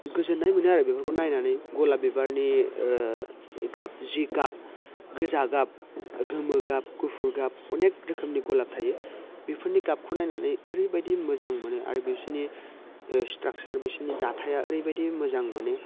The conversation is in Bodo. गोजोनाय मोनो आरो बेफोरखौ नायनानै गलाफ बिबारनि गाब जि गाब गोजा गाब गोमो गाब गुफुर गाब अनेख रोखोमनि गलाफ थायो बेफोरनि गाबखौ नायनानै ओरैबायदि मोजां मोनो आरो बेसोरनि ओ स्ट्राकचार बिसोरनि दाथाया ओरैबायदि मोजां माने